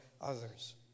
others